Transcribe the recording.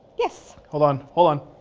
yes. hold on, hold on.